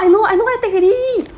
I know I know what I take already